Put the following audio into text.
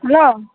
hello